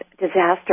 disaster